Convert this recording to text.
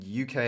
UK